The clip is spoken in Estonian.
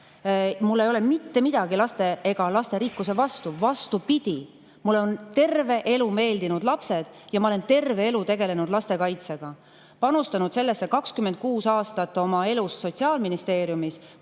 Mul ei ole mitte midagi laste ega lasterikkuse vastu, vastupidi, mulle on terve elu meeldinud lapsed ja ma olen terve elu tegelenud lastekaitsega, panustanud sellesse 26 aastat oma elust Sotsiaalministeeriumis,